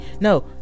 No